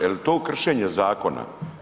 Jel to kršenje zakona?